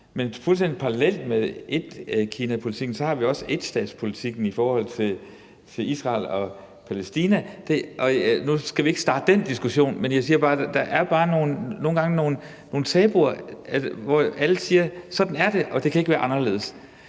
Men fuldstændig parallelt med etkinapolitikken har vi også enstatspolitikken i forhold til Israel og Palæstina. Nu skal vi ikke starte den diskussion, men jeg siger bare, at der nogle gange er nogle tabuer, hvor alle siger, at sådan er det, og at det ikke kan være anderledes.